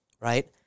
right